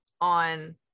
on